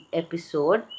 episode